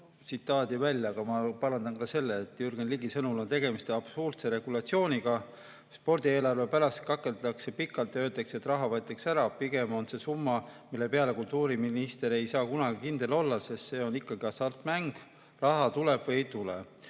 tsitaadi välja, aga ma parandan selle. "Jürgen Ligi sõnul on tegemist absurdse regulatsiooniga. Spordieelarve pärast kakeldakse pikalt ja öeldakse, et raha võetakse ära. Pigem on see summa, mille peale kultuuriminister ei saa kunagi kindel olla, sest see on ikkagi hasartmäng, raha tuleb või ei tule.